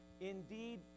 indeed